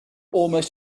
almost